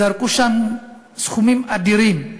זרקו שם סכומים אדירים.